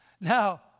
Now